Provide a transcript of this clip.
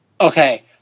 Okay